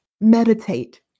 Meditate